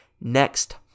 next